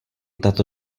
tato